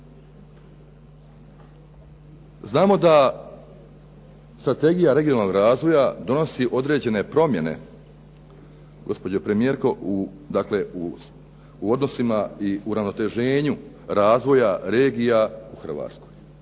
Znamo da strategija regionalnog razvoja donosi određene promjene, gospođo premijerko, dakle, u odnosima i uravnoteženju razvoja, regija u Hrvatskoj.